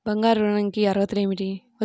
బంగారు ఋణం కి అర్హతలు ఏమిటీ?